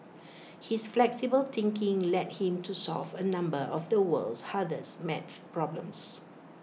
his flexible thinking led him to solve A number of the world's hardest math problems